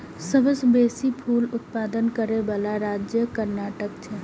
सबसं बेसी फूल उत्पादन करै बला राज्य कर्नाटक छै